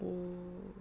oo